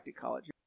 college